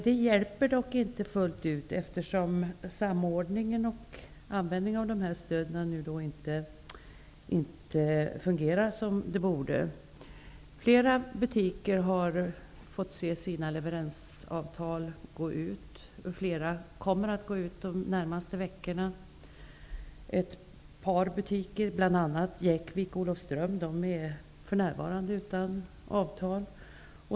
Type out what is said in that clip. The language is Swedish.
Det hjälper dock inte fullt ut, eftersom samordningen och användningen av stöden inte fungerar som de borde. Flera butiker har fått se sina leveransavtal löpa ut. Flera avtal kommer att löpa ut under de närmaste veckorna. Ett par butiker, bl.a. i Jäckvik och Adolfsström, är för närvarande utan avtal.